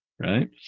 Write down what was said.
Right